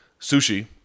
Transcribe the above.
sushi